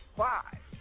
five